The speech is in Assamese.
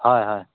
হয় হয়